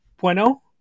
Bueno